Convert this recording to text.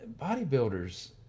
bodybuilders